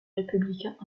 républicains